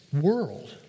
world